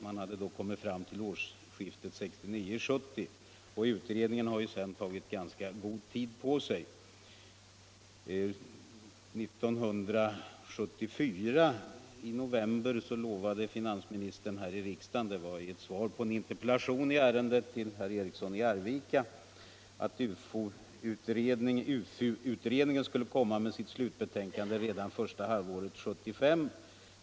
Vi hade då kommit fram till årsskiftet 1969-1970. Utredningen har sedan tagit ganska god tid på sig. I november 1974 lovade finansministern i ett interpellationssvar i ärendet till herr Eriksson i Arvika att utredningen —- UFU -— skulle avge sitt slutbetänkande redan första halvåret 1975.